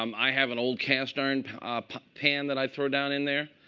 um i have an old cast iron pan that i throw down in there.